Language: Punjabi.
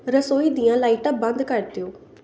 ਰਸੋਈ ਦੀਆਂ ਲਾਈਟਾਂ ਬੰਦ ਕਰ ਦਿਓ